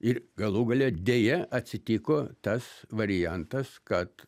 ir galų gale deja atsitiko tas variantas kad